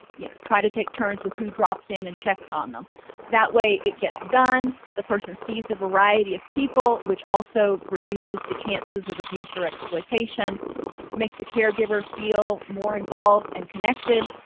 you know try to take turns with who drops in and checks on them that way it gets done the person sees a variety of people which also reduces the chances of abuse or exploitation makes the caregiver feel more involved and connected